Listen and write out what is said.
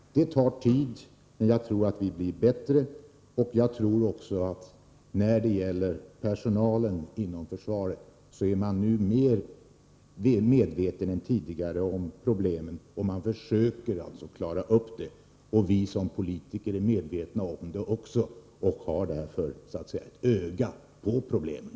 Det tar tid att genomföra denna uppbyggnad, men jag tror att vi blivit bättre. Jag tror också att personalen inom försvaret nu är mer medveten än tidigare om problemen och försöker klara upp dem. Vi som politiker är också medvetna om saken och har därför så att säga ett öga på problemen.